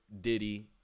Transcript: Diddy